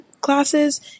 classes